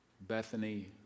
Bethany